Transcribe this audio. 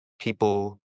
people